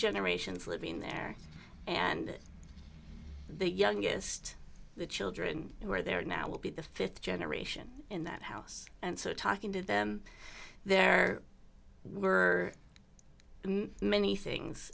generations living there and the youngest children who are there now will be the th generation in that house and so talking to them there were many things